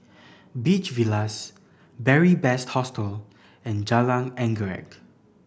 Beach Villas Beary Best Hostel and Jalan Anggerek